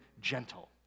gentle